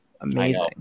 Amazing